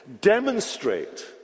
demonstrate